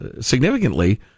significantly